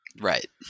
Right